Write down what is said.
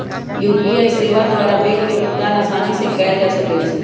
UPI सेवा द्वारा bill के भुगतान असानी से कएल जा सकइ छै